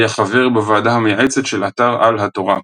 היה חבר בוועדה המייעצת של אתר על התורה.